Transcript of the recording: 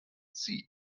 sie